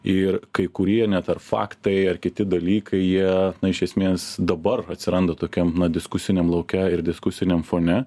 ir kai kurie net ar faktai ar kiti dalykai jie iš esmės dabar atsiranda tokiam na diskusiniam lauke ir diskusiniam fone